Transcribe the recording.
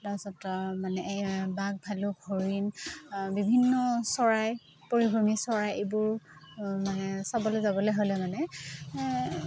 তাৰপিছত মানে বাঘ ভালুক হৰিণ বিভিন্ন চৰাই পৰিভ্ৰমী চৰাই এইবোৰ মানে চাবলে যাবলে হ'লে মানে